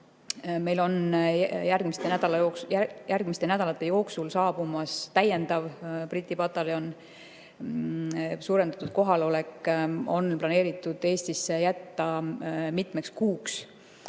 Meile on järgmiste nädalate jooksul saabumas täiendav Briti pataljon. Suurendatud kohalolek on planeeritud Eestisse jätta mitmeks kuuks.